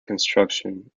construction